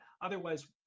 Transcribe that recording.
Otherwise